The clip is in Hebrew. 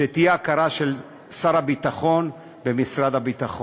שתהיה הכרה של שר הביטחון ומשרד הביטחון.